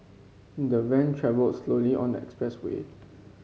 the van travelled slowly on the expressway